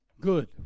good